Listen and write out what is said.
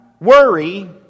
worry